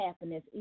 happiness